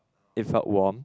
it felt warm